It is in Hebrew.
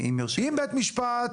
אם בית משפט